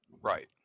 Right